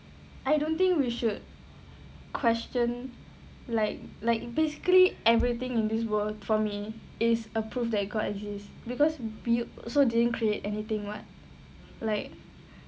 I don't think we should question like like basically everything in this world for me is a proof that god exists because built also didn't create anything [what] like